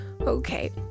Okay